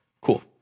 Cool